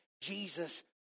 Jesus